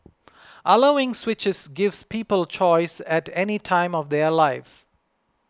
allowing switches gives people choice at any time of their lives